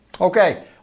Okay